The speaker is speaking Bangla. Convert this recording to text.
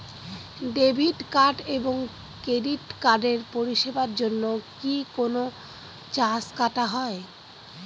ডেবিট কার্ড এবং ক্রেডিট কার্ডের পরিষেবার জন্য কি কোন চার্জ কাটা হয়?